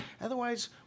Otherwise